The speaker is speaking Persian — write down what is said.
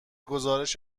گزارش